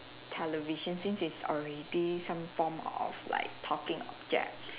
television since it's already some form of like talking object